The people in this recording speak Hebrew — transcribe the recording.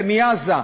ומעזה,